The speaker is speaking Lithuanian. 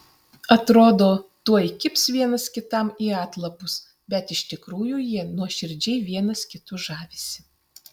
atrodo tuoj kibs vienas kitam į atlapus bet iš tikrųjų jie nuoširdžiai vienas kitu žavisi